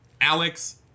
Alex